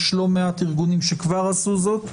יש לא מעט ארגונים שכבר עשו זאת,